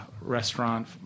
restaurant